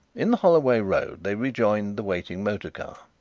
in the holloway road they rejoined the waiting motor-car.